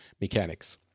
mechanics